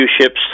ships